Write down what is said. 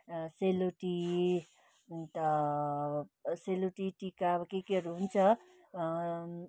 सेलरोटी अन्त सेलरोटी टिका अब के केहरू हुन्छ